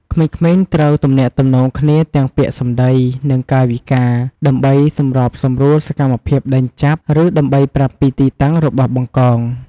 ក្មេងៗត្រូវទំនាក់ទំនងគ្នា ទាំងពាក្យសម្ដី និងកាយវិការ ដើម្បីសម្របសម្រួលសកម្មភាពដេញចាប់ ឬដើម្បីប្រាប់ពីទីតាំងរបស់ បង្កង។